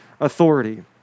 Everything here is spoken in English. authority